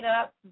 up